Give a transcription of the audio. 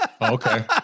Okay